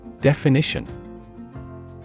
Definition